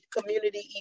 community